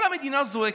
כל המדינה זועקת,